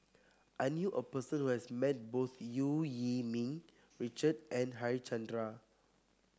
I knew a person who has met both Eu Yee Ming Richard and Harichandra